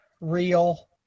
real